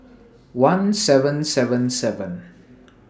one seven seven seven